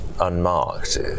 unmarked